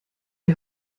die